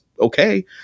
okay